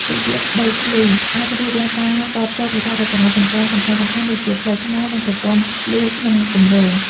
វិវាទដីធ្លីអាចរារាំងការតភ្ជាប់ហេដ្ឋារចនាសម្ព័ន្ធសំខាន់ៗ ដូចជាផ្លូវថ្នល់ និងប្រព័ន្ធលូក្នុងគម្រោង។